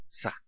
sa